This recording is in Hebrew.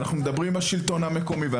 ואנחנו מדברים עם השלטון המקומי.